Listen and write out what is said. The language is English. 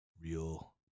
real